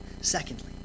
Secondly